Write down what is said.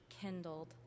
kindled